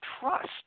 trust